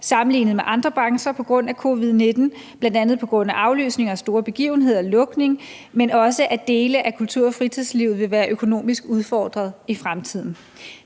sammenlignet med andre brancher på grund af covid-19, bl.a. på grund af aflysning af store begivenheder og lukning, men også at dele af kultur- og fritidslivet vil være økonomisk udfordret i fremtiden.